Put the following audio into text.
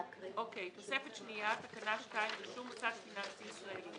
תוספת שנייה תקנה 2 רישום מוסד פיננסי ישראלי